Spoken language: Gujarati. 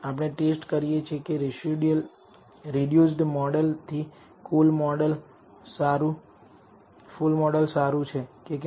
આપણે ટેસ્ટ કરીએ છીએ કે રિડ્યુસડ મોડલ થી ફુલ મોડલ સારું છે કે કેમ